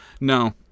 No